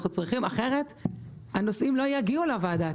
אחרת הנושאים לא יגיעו לוועדה.